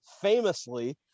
famously